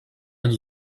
and